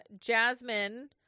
Jasmine